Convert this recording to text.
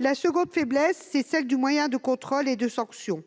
Sa seconde faiblesse est celle des moyens de contrôle et de sanction.